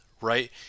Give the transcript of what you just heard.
right